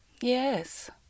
Yes